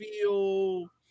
feel